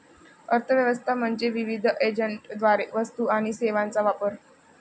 अर्थ व्यवस्था म्हणजे विविध एजंटद्वारे वस्तू आणि सेवांचा वापर